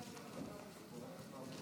אדוני